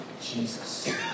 Jesus